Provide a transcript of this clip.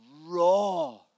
raw